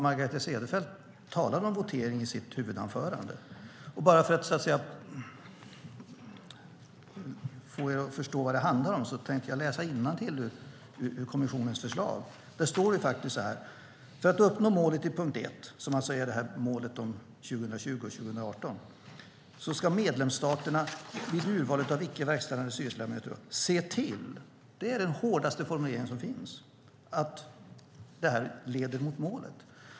Margareta Cederfelt talar om kvotering i sitt huvudanförande. Bara för att få er att förstå vad det handlar om tänker jag läsa innantill ur kommissionens förslag. Där står faktiskt så här: För att uppnå målet i punkt 1 - målet är alltså 2020 och 2018 - ska medlemsstaterna vid urval av icke verkställande styrelseledamöter "se till", det är den hårdaste formuleringen som finns, att det leder mot målet.